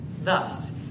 Thus